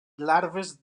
larves